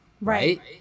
Right